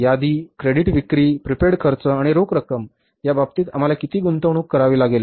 यादी क्रेडिट विक्री प्रीपेड खर्च आणि रोख रक्कम या बाबतीत आम्हाला किती गुंतवणूक करावी लागेल